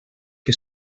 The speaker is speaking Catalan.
que